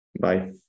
Bye